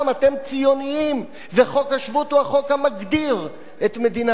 וחוק השבות הוא חוק המגדיר את מדינת ישראל כמדינה ציונית.